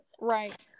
Right